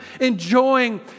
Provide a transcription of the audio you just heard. enjoying